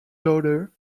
daughter